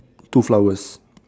two flowers